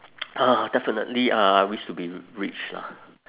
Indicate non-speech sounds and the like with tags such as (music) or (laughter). (noise) ah definitely uh wish to be rich lah